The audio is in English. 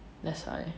that's why